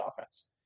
offense